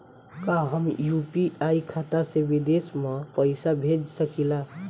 का हम यू.पी.आई खाता से विदेश म पईसा भेज सकिला?